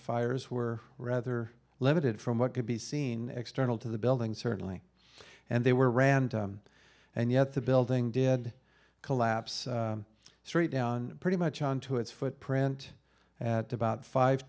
fires were rather limited from what could be seen external to the building certainly and they were random and yet the building did collapse straight down pretty much onto its footprint at about five